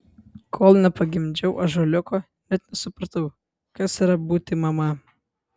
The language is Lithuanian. kol nepagimdžiau ąžuoliuko net nesupratau kas yra būti mama